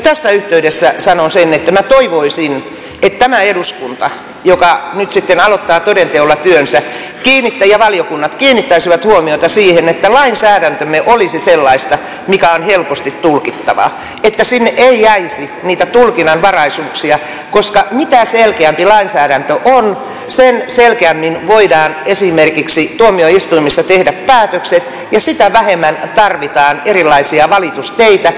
tässä yhteydessä sanon sen että minä toivoisin että tämä eduskunta joka nyt sitten aloittaa toden teolla työnsä ja valiokunnat kiinnittäisivät huomiota siihen että lainsäädäntömme olisi sellaista mikä on helposti tulkittavaa että sinne ei jäisi niitä tulkinnanvaraisuuksia koska mitä selkeämpi lainsäädäntö on sen selkeämmin voidaan esimerkiksi tuomioistuimissa tehdä päätökset ja sitä vähemmän tarvitaan erilaisia valitusteitä